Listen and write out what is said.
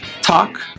talk